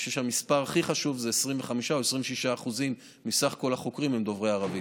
אני חושב שהמספר הכי חשוב זה ש-25% או 26% מכלל החוקרים הם דוברי ערבית.